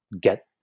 get